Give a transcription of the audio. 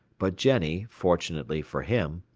but jenny, fortunately for him,